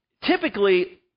typically